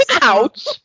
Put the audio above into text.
Ouch